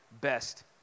best